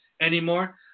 anymore